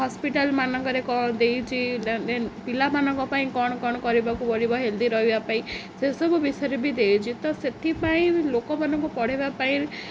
ହସ୍ପିଟାଲମାନଙ୍କରେ କ'ଣ ଦେଇଛି ଦେନ୍ ପିଲାମାନଙ୍କ ପାଇଁ କ'ଣ କ'ଣ କରିବାକୁ ପଡ଼ିବ ହେଲ୍ଦି ରହିବା ପାଇଁ ସେସବୁ ବିଷୟରେ ବି ଦେଇଛି ତ ସେଥିପାଇଁ ଲୋକମାନଙ୍କୁ ପଢ଼ାଇବା ପାଇଁ